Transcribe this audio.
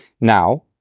Now